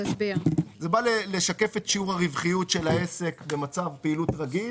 זה בא לשקף את שיעור הרווחיות של העסק במצב פעילות רגיל